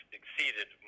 exceeded